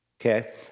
okay